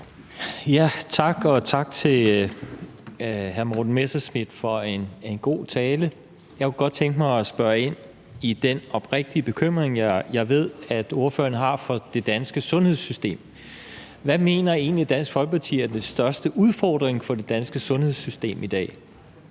Tak. Og tak til hr. Morten Messerschmidt for en god tale. Jeg kunne godt tænke mig at spørge ind til den oprigtige bekymring, jeg ved at ordføreren har for det danske sundhedssystem: Hvad mener Dansk Folkeparti egentlig er den største udfordring for det danske sundhedssystem i dag?